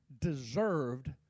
deserved